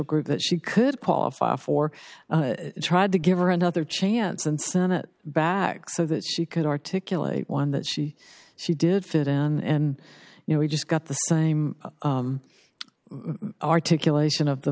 group that she could qualify for tried to give her another chance in senate back so that she could articulate one that she she did fit and you know we just got the same articulation of the